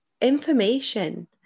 information